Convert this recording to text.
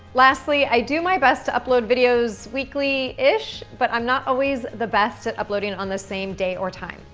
lastly, i do my best to upload videos weekly-ish, but i'm not always the best at uploading on the same day or time.